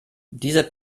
dieser